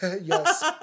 Yes